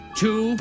two